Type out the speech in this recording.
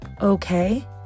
okay